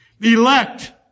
Elect